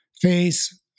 face